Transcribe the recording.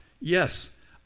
yes